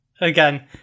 again